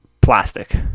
plastic